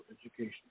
education